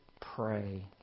pray